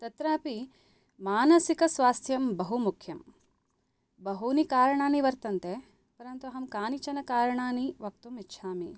तत्रापि मानसिकस्वास्थ्यं बहुमुख्यं बहूनि कारणानि वर्तन्ते परन्तु अहं कानिचन कारणानि वक्तुमिच्छामि